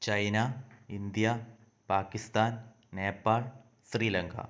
China India Pakistan Nepal Sri Lanka